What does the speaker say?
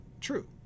true